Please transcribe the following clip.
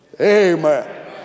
Amen